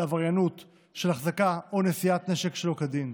עבריינות של החזקה או של נשיאת נשק שלא כדין,